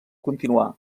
continuar